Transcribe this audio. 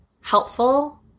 helpful